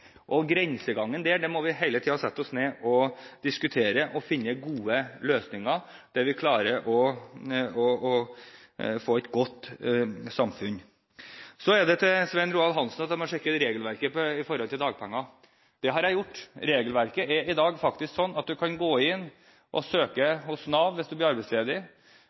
og grensegangen på dette må vi hele tiden sette oss ned og diskutere, for å finne gode løsninger som gjør at vi klarer å få et godt samfunn. Til Svein Roald Hansen, som sier at jeg må sjekke regelverket for dagpenger: Det har jeg gjort. I dag er faktisk regelverket slik at man kan søke om dagpenger hos Nav hvis man blir arbeidsledig